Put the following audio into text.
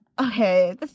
okay